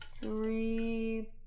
Three